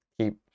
keep